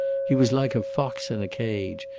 he was like a fox in a cage,